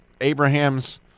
Abraham's